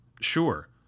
Sure